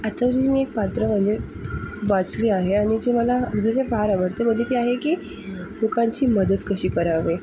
आत्ता जे मी एक पात्र म्हणजे वाचली आहे आणि जी मला मजे जे फार आवडते म्हणजे ती आहे की लोकांची मदत कशी करावे